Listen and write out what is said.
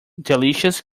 delicious